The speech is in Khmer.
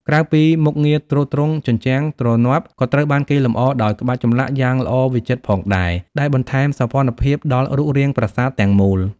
ក្រៅពីមុខងារទ្រទ្រង់ ជញ្ជាំងទ្រនាប់ ក៏ត្រូវបានគេលម្អដោយ ក្បាច់ចម្លាក់ យ៉ាងល្អវិចិត្រផងដែរ ដែលបន្ថែមសោភ័ណភាពដល់រូបរាងប្រាសាទទាំងមូល។